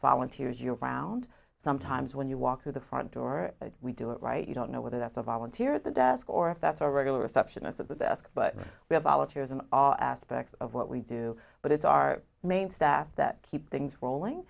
volunteers year round sometimes when you walk through the front door we do it right you don't know whether that's a volunteer at the desk or if that's a regular receptionist at the desk but we have volunteers in all aspects of what we do but it's our main staff that keep things rolling